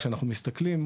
כשאנחנו מסתכלים,